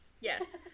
Yes